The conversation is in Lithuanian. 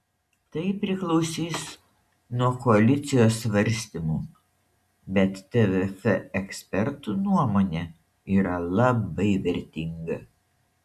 tai priklausys nuo koalicijos svarstymų bet tvf ekspertų nuomonė yra labai vertinga